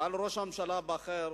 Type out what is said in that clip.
אבל ראש הממשלה בחר